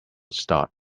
start